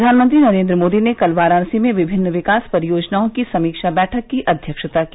प्रधानमंत्री नरेन्द्र मोदी ने कल वाराणसी में विभिन्न विकास परियोजनाओं की समीक्षा बैठक की अधक्षता की